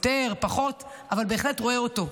יותר או פחות, אבל בהחלט רואה אותו,